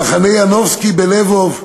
במחנה ינובסקי בלבוב,